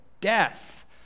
death